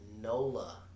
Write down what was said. Nola